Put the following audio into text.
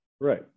right